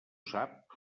sap